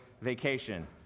vacation